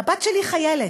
הבת שלי חיילת,